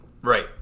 Right